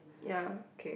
ya